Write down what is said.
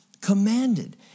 commanded